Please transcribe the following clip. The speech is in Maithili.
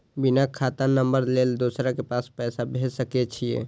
बिना खाता नंबर लेल दोसर के पास पैसा भेज सके छीए?